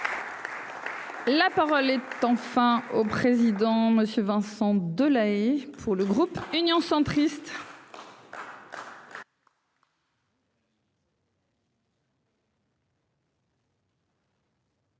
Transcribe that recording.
La parole est enfin au président monsieur Vincent De La Haye pour le groupe Union centriste.